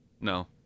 No